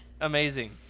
Amazing